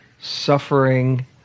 suffering